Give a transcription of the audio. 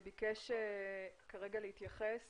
ביקש להתייחס